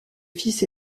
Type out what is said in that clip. fils